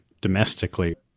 domestically